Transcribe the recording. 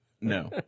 No